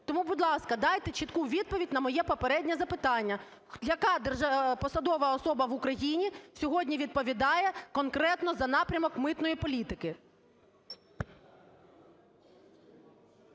Тому, будь ласка, дайте чітку відповідь на моє попереднє запитання, яка посадова особа в Україні сьогодні відповідає конкретно за напрямок митної політики.